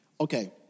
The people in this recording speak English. Okay